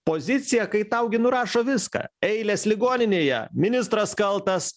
poziciją kai tau gi nurašo viską eilės ligoninėje ministras kaltas